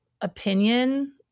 opinion